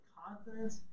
confidence